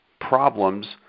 problems